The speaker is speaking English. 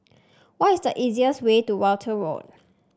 what is the easiest way to Walton Road